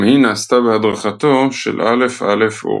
גם היא נעשתה בהדרכתו של א.א אורבך.